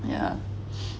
yeah